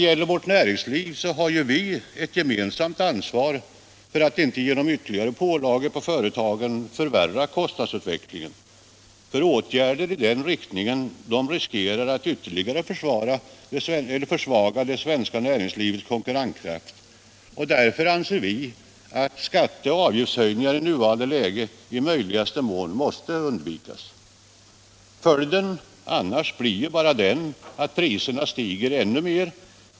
För vårt näringsliv har vi ett gemensamt ansvar för att inte genom ytterligare pålagor på företagen förvärra kostnadsutveck!ingen. Åtgärder i den riktningen riskerar att ytterligare försvaga det svenska näringslivets konkurrenskraft. Därför anser vi att skatter och avgiftshöjningar i nuvarande läge i möjligaste mån måste undvikas. Följden blir annars bara den att priserna stiger ännu mer.